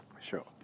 Sure